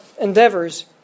endeavors